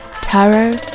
tarot